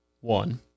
One